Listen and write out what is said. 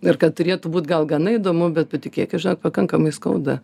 ir kad turėtų būt gal gana įdomu bet patikėkit žinok pakankamai skauda